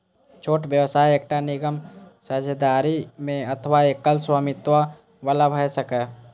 छोट व्यवसाय एकटा निगम, साझेदारी मे अथवा एकल स्वामित्व बला भए सकैए